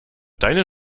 deine